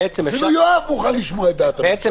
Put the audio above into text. אפילו יואב מוכן לשמוע את דעת הממשלה.